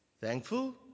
thankful